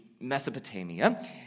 Mesopotamia